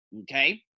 okay